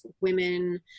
women